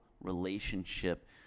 relationship